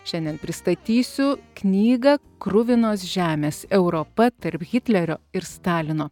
šiandien pristatysiu knygą kruvinos žemės europa tarp hitlerio ir stalino